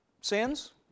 sins